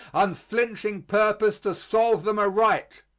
unflinching purpose to solve them aright.